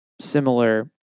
similar